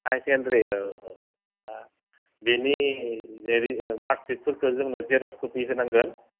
higher secondary औ दा बेनि जे मार्कसिटफोरखो जोंनो जेरक्स कपि होनांगोन